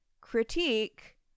critique